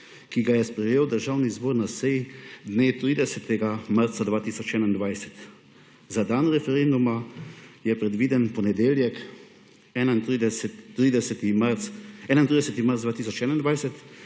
ki ga je sprejel Državni zbor na seji dne 30. marca 2021?« Za dan referenduma je predviden ponedeljek, 31. marec 2021,